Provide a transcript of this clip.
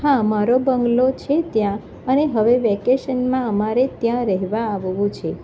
હા મારો બંગલો છે ત્યાં અને હવે વેકેશનમાં અમારે ત્યાં રહેવા આવવું છે